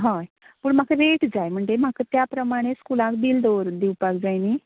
हय पूण म्हाका रेट जाय म्हणटगीर म्हाका त्या प्रमाणे स्कुलाक बिल दवर दिवपाक जाय न्ही